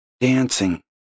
dancing